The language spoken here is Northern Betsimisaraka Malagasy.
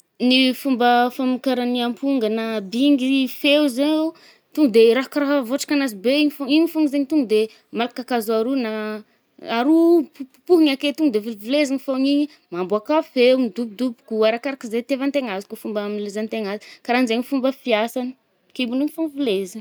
Ny fomba famokaran’ny aponga na bingy feo zay oh, to de raha karaha vôtriky anazy be igny fô. Igny fôgno zaigny to de malaky kakazo aroa na, aroa popopopohigna ake. To de velivelezigny fô igny i. mamboàka feo, midobodoboko arakarak’zay itiàvan-tegna azy kô fomba famileazn-tegna azy, karahanzaigny fômba fiasany, kibony igny fô no vilezigny.